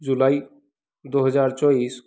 जुलाई दो हज़ार चौबीस